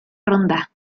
ronda